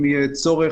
אם יהיה צורך,